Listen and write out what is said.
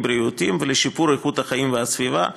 בריאותיים ולשיפור איכות החיים והסביבה.